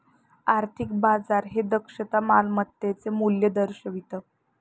आर्थिक बाजार हे दक्षता मालमत्तेचे मूल्य दर्शवितं